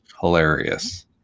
Hilarious